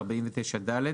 49ד,